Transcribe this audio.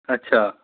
अच्छा